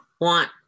want